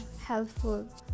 helpful